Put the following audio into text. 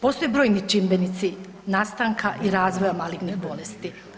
Postoje brojni čimbenici nastanka i razvoja malignih bolesti.